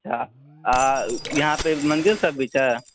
अच्छा यहाँपर मन्दिर सब भी छै